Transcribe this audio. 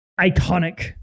iconic